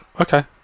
Okay